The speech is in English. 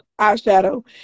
eyeshadow